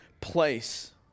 place